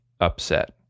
upset